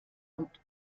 und